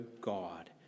God